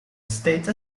state